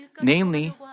Namely